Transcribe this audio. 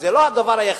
זה לא הדבר היחיד.